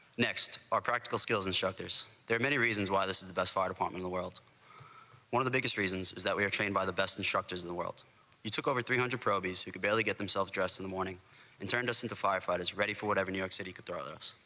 next are practical skills instructors there many reasons why this is the best fire department. the world one of the biggest reasons is that we are trained by the best instructors in the world he took over three hundred probe is who can barely get themselves dressed in the morning and turned us into firefighters. ready for whatever. new york. city could throw us